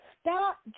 Stop